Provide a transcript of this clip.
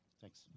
thanks